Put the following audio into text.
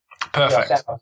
perfect